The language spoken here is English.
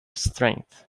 strength